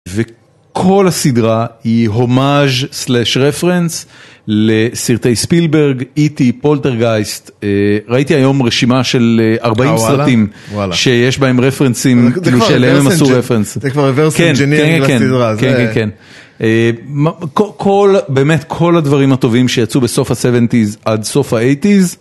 וכל הסדרה היא הומאז' סלאש רפרנס לסרטי ספילברג, איטי, פולטרגייסט, ראיתי היום רשימה של 40 סרטים שיש בהם רפרנסים כאילו שאליהם עשו רפרנס, זה כבר רברס אנג'ינירינג לחברה כן, כן, כן, כן, כן, כן, כל, באמת כל הדברים הטובים שיצאו בסוף ה-70's עד סוף ה-80's.